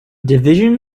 division